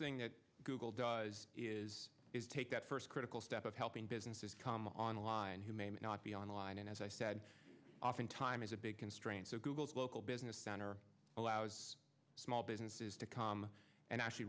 that google does is is take that first critical step of helping businesses come online who may not be online and as i said often time is a big constraint so google's local business center allows small businesses to come and actually